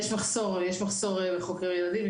יש מחסור בחוקרי ילדים.